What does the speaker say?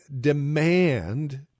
demand